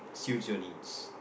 suits your needs